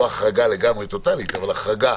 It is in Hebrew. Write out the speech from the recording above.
לא החרגה טוטאלית אבל החרגה